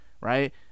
right